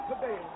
today